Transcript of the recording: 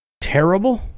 terrible